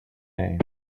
name